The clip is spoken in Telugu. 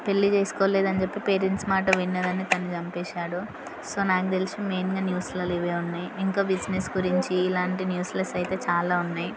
పెళ్ళి చేసుకోలేదని చెప్పి పేరెంట్స్ మాట విన్నదని తను చంపేసినాడు సో నాకు తెలిసిన మెయిన్గా న్యూస్లలో ఇవే ఉన్నాయ్ ఇంకా బిజినెస్ గురించి ఇలాంటి న్యూస్లెస్ అయితే చాలా ఉన్నాయ్